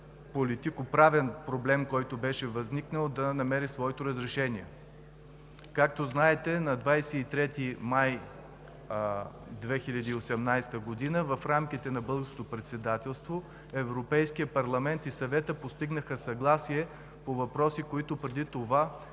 политико-правен проблем, който беше възникнал, да намери своето разрешение. Както знаете, на 23 май 2018 г. в рамките на Българското председателство Европейският парламент и Съветът постигнаха съгласие по въпроси, по които преди това